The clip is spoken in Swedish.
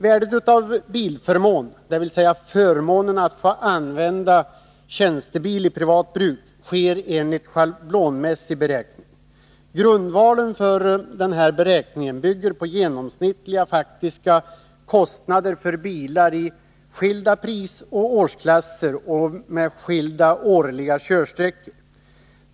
Värdet av bilförmån, dvs. förmånen att få använda tjänstebil för privat bruk, fastställs enligt schablonmässig beräkning. Grundvalen för den här beräkningen bygger på genomsnittliga faktiska kostnader för bilar i skilda prisoch årsklasser och med skilda årliga körsträckor.